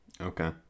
okay